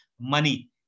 money